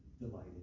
delighted